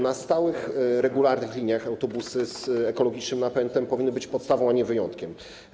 Na stałych, regularnych liniach autobusy z ekologicznym napędem powinny być podstawą, a nie wyjątkiem.